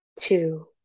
two